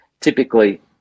Typically